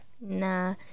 Nah